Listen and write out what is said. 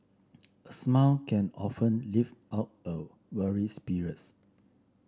a smile can often lift up a weary spirits